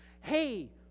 Hey